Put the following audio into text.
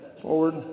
forward